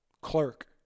clerk